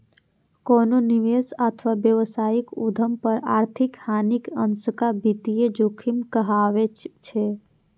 कोनो निवेश अथवा व्यावसायिक उद्यम पर आर्थिक हानिक आशंका वित्तीय जोखिम कहाबै छै